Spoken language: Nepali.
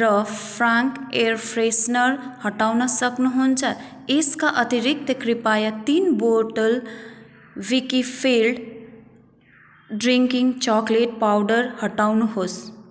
र फ्रान्क एयर फ्रेसनर हटाउन सक्नुहुन्छ यसका अतिरिक्त कृपया तिन बोतल विकिफिल्ड ड्रिङ्किङ चकलेट पाउडर हटाउनुहोस्